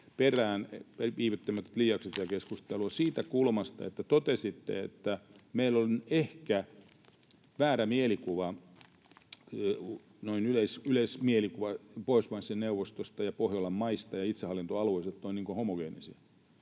perään viivyttämättä liiaksi tätä keskustelua — tätä siitä kulmasta, kun totesitte, että meillä on ehkä väärä mielikuva, yleismielikuva, Pohjoismaiden neuvostosta ja Pohjolan maista ja itsehallintoalueista, se, että ne olisivat